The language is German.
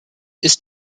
ist